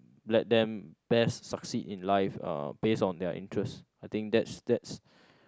let them best succeed in life uh based on their interest I think that's that's